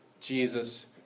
Jesus